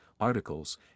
articles